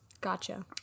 Gotcha